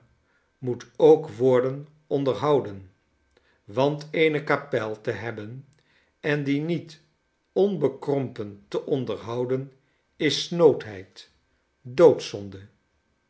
moet ook worden onderhouden want eene kapel te hebben en die niet onbekrompen te onderhouden is snoodheid doodzonde